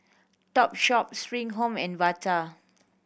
Topshop Spring Home and Bata